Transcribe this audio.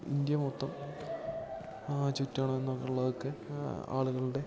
India മൊത്തം ചുറ്റണം എന്നുള്ളതൊക്കെ ആളുകളുടെ